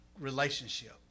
relationship